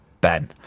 Ben